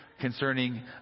concerning